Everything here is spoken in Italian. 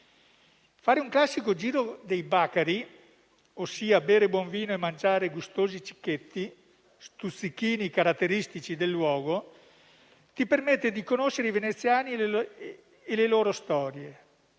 Fare un classico "giro dei bacari", ossia bere buon vino e mangiare gustosi "cicchetti", stuzzichini caratteristici del luogo, permette di conoscere i veneziani e le loro storie.